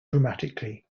dramatically